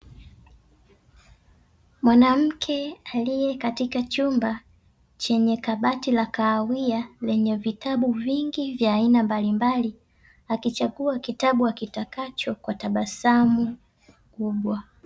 Mwanamke aliyekatika chumba chenye kabati la kahawia lenye vitabu vingi vya aina mbalimbali, akichagua kitabu akitakacho kwa tabasamu kubwa.